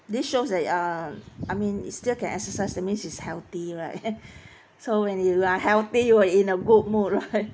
this shows that um I mean you still can exercise that means it's healthy right so when you are healthy you are in a good mood right